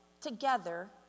together